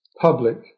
public